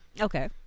okay